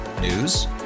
News